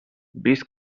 vist